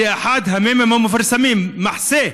זה אחד המ"מים המפורסמים: מחסה,